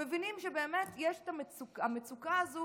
הם מבינים שהמצוקה הזאת